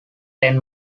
ten